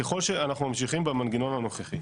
ככל שאנחנו ממשיכים במנגנון הנוכחי.